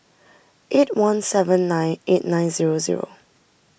eight one seven nine eight nine zero zero